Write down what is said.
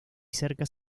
cerca